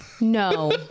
No